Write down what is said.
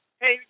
Hey